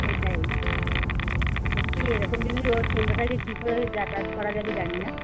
সেটাই দেখি এরকম যদি রোজ চলতে থাকে কী করে যাতায়াত করা যাবে জানি না